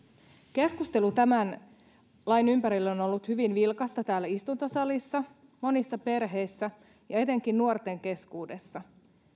keskustelu tämän lain ympärillä on on ollut hyvin vilkasta täällä istuntosalissa monissa perheissä ja etenkin nuorten keskuudessa